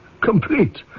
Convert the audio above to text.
complete